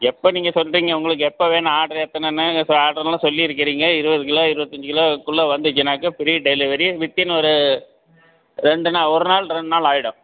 எப்போ நீங்கள் சொல்கிறீங்க உங்களுக்கு எப்போ வேணும் ஆர்ட்ரு எத்தனைன்னு ச ஆர்ட்ருலாம் சொல்லியிருக்கிறீங்க இருபது கிலோ இருபத்தஞ்சு கிலோக்குள்ளே வந்திச்சின்னாக்க ஃப்ரீ டெலிவரி வித் இன் ஒரு ரெண்டு நாள் ஒரு நாள் ரெண்டு நாள் ஆகிடும்